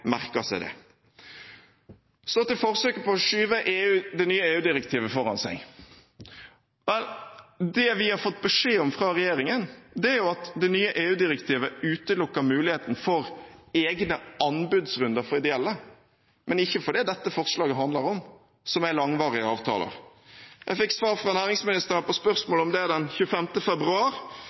seg det. Så til forsøket på å skyve det nye EU-direktivet foran seg: Det vi har fått beskjed om fra regjeringen, er at det nye EU-direktivet utelukker muligheten for egne anbudsrunder for ideelle, men ikke for det som dette forslaget handler om, som er langvarige avtaler. Jeg fikk svar fra næringsministeren på spørsmål om dette den 25. februar.